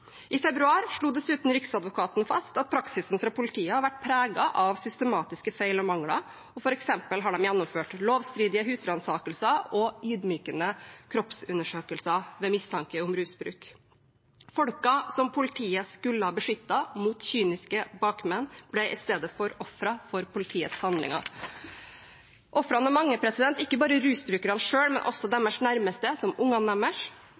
I februar slo dessuten Riksadvokaten fast at praksisen til politiet har vært preget av systematiske feil og mangler, f.eks. har de gjennomført lovstridige husransakelser og ydmykende kroppsundersøkelser ved mistanke om rusbruk. Folkene som politiet skulle ha beskyttet mot kyniske bakmenn, ble istedenfor ofre for politiets handlinger. Ofrene er mange – ikke bare rusbrukerne selv – men også deres nærmeste, som ungene deres.